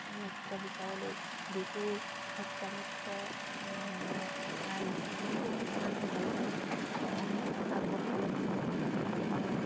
নৃত্য শিকাবলৈ বিহু সত্ৰীয়া নৃত্য মানে আপোনাৰ যোনটো ছোৱালীজনীয়ে ভাল পায় সেয়াই মই আগবঢ়াবলৈ বিচাৰোঁ আৰু